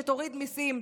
שתוריד מיסים,